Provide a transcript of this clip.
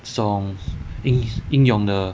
所应应有的